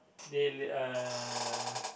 daily uh